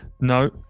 No